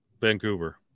Vancouver